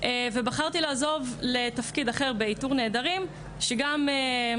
ובחרתי לעזוב לתפקיד אחר באיתור נעדרים שגם שם